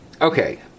Okay